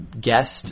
guest